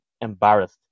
embarrassed